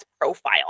Profile